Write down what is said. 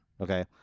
okay